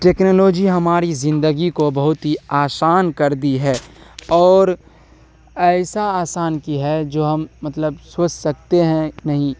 technology ہماری زندگی کو بہت ہی آسان کر دی ہے اور ایسا آسان کی ہے جو ہم مطلب سوچ سکتے ہیں نہیں